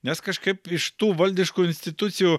nes kažkaip iš tų valdiškų institucijų